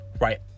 right